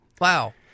Wow